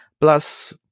Plus